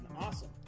awesome